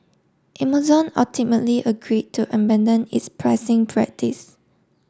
Amazon ultimately agree to abandon its pricing practice